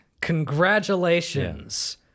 congratulations